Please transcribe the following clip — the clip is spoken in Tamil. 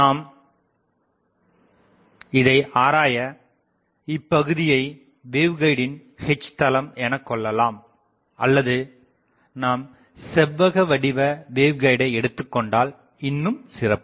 நாம் இதை ஆராய இப்பகுதியை வேவ்கைடின் H தளம் எனக்கொள்ளலாம் அல்லது நாம் செவ்வகவடிவ வேவ்கைடை எடுத்துக்கொண்டால் இன்னும்சிறப்பு